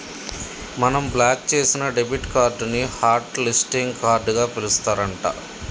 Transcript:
మనం బ్లాక్ చేసిన debit card ని హట్ లిస్టింగ్ కార్డుగా పిలుస్తారు అంట